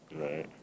right